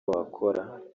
wakora